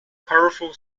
powerful